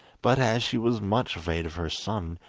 but as she was much afraid of her son,